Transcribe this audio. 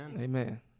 Amen